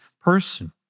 person